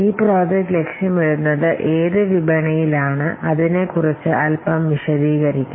ഈ പ്രോജക്ട് ലക്ഷ്യമിടുന്നത് ഏത് വിപണിയിൽ ആണ് അതിനെ കുറിച്ച് അല്പം വിശദീകരിക്കാം